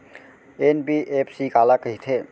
NBFC काला कहिथे?